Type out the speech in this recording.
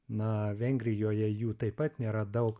na vengrijoje jų taip pat nėra daug